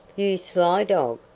you sly dog,